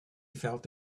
felt